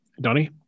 Donnie